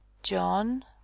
John